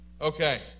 Okay